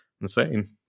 Insane